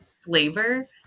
flavor